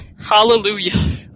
Hallelujah